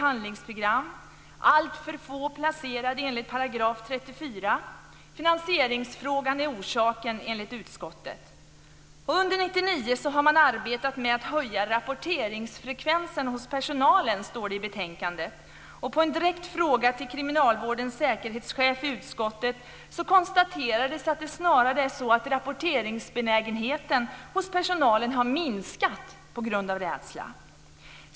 Alltför få placerade enligt paragraf 34. Finansieringsfrågan är orsaken, enligt utskottet. Under 1999 har man arbetat med att höja rapporteringsfrekvensen hos personalen, står det i betänkandet. På en direkt fråga till kriminalvårdens säkerhetschef i utskottet konstaterades att det snarare är så att rapporteringsbenägenheten hos personalen har minskat på grund av rädsla.